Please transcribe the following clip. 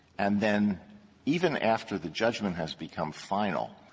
and then even after the judgment has become final,